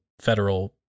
federal